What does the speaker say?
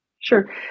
Sure